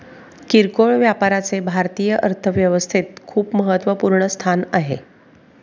किरकोळ व्यापाराचे भारतीय अर्थव्यवस्थेत खूप महत्वपूर्ण स्थान आहे